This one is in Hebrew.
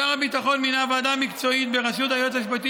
שר הביטחון מינה ועדה מקצועית בראשות היועץ המשפטי